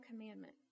commandment